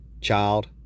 Child